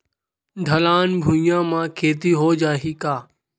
ढलान भुइयां म खेती हो जाही का?